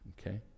Okay